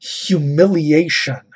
humiliation